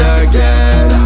again